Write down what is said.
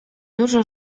dużo